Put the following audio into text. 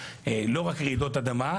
לא רק רעידות אדמה,